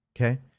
Okay